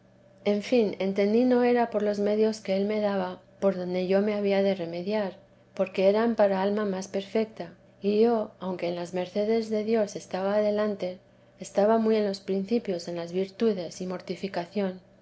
en fin entendí no era por los medios que él me daba por donde yo me había de remediar porque eran para alma más perfecta y yo aunque en las mercedes de dios estaba adelante estaba muy en los principios en las virtudes y mortificación